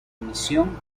comisión